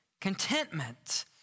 contentment